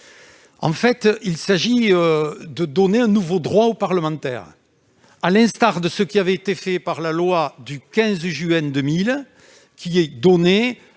En fait, il s'agit de donner un nouveau droit aux parlementaires, à l'instar de ce qui a été fait par la loi du 15 juin 2000 qui nous donne,